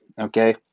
okay